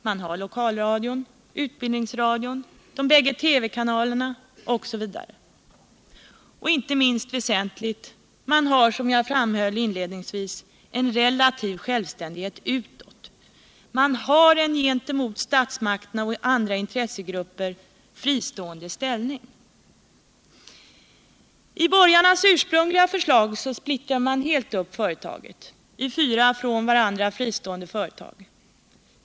Man har lokalradion, utbildningsradion, de båda TV-kanalerna osv. och, inte minst väsentligt, man har som jag framhöll inledningsvis en relativ självständighet utåt. Man har en gentemot statsmakterna och andra intressegrupper fristående ställning. I borgarnas ursprungliga förslag splittrade man upp företaget i fyra från varandra fristående företag.